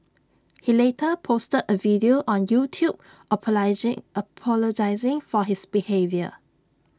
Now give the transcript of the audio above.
he later posted A video on YouTube apologising for his behaviour